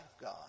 God